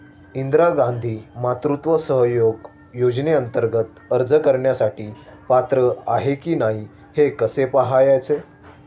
इंदिरा गांधी मातृत्व सहयोग योजनेअंतर्गत अर्ज करण्यासाठी पात्र आहे की नाही हे कसे पाहायचे?